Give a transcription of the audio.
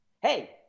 hey